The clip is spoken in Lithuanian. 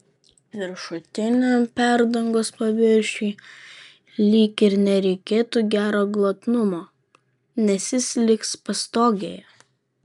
viršutiniam perdangos paviršiui lyg ir nereikėtų gero glotnumo nes jis liks pastogėje